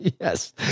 yes